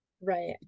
Right